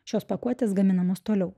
šios pakuotės gaminamos toliau